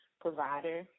provider